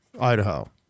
Idaho